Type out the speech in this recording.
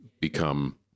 become